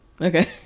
Okay